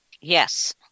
Yes